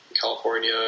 California